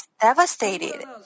devastated